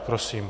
Prosím.